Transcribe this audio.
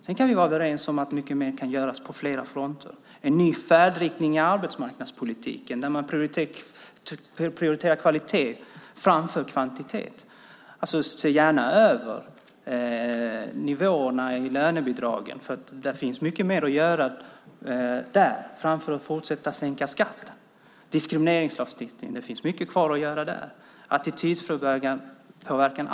Sedan kan vi vara överens om att mycket mer kan göras på flera fronter, en ny färdriktning i arbetsmarknadspolitiken där man prioriterar kvalitet framför kvantitet. Se gärna över nivåerna i lönebidragen. Där finns det mycket mer att göra än att fortsätta att sänka skatten. Det finns mycket kvar att göra med diskrimineringslagstiftningen och attitydpåverkan.